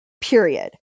period